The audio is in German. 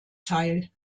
teil